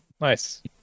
Nice